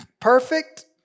perfect